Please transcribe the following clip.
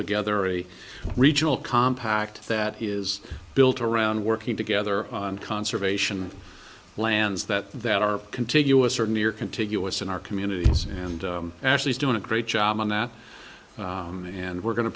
together a regional compact that is built around working together on conservation lands that that are contiguous certainly are contiguous in our communities and actually is doing a great job on that and we're going to